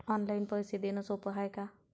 Online पैसे देण सोप हाय का?